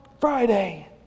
Friday